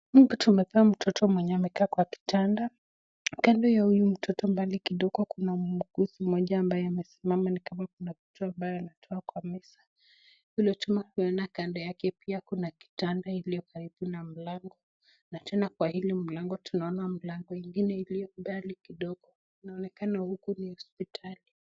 Hapa tumepewa kijana mwenye amekaa kwa kitanda, kando yake mbali kidogo kuna muugizi mmoja ambaye amesimama ni kama kuna kitu ambaye anatoa kwa meza, tunaeza kuona kando yake pia kuna kitanda iliyo karibu na mlango, na tena kwa hili mlango tunaona mlango ingine iliyo mbali kidogo, inaonekana huku ni hospitali.